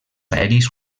aeris